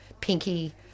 pinky